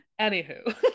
Anywho